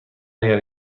اگر